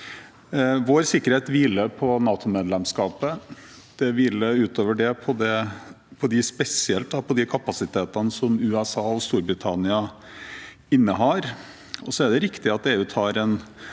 Vår sikkerhet hviler på NATO-medlemskapet. Den hviler utover det spesielt på de kapasitetene som USA og Storbritannia innehar. Det er også riktig at EU tar en